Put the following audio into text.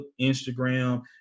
Instagram